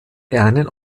einen